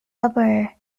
babur